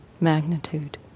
magnitude